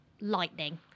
lightning